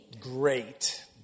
Great